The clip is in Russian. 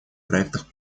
проектах